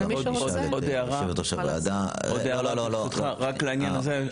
ומי שרוצה --- עוד הערה ברשותך רק לעניין הזה.